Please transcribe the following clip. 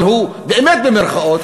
אבל הוא באמת במירכאות,